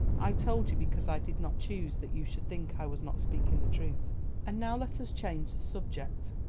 i told you because i did not choose that you should think i was not speaking the truth and now let us change the subject.